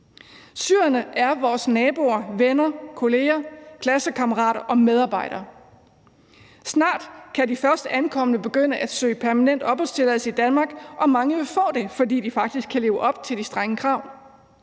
Syrerne er vores naboer, venner, kolleger, klassekammerater og medarbejdere. Snart kan de først ankomne begynde at søge permanent opholdstilladelse i Danmark, og mange vil få det, fordi de faktisk kan leve op til de strenge krav.